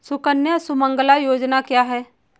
सुकन्या सुमंगला योजना क्या है?